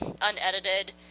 unedited